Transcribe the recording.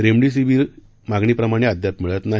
रेमडेसीवीरही मागणीप्रमाणे अद्याप मिळत नाही